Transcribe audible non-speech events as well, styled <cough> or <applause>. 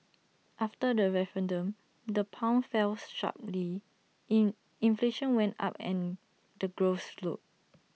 after the referendum the pound fells sharply in inflation went up and the growth slowed <noise>